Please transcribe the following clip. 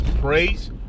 praise